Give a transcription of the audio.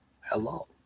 Hello